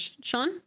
Sean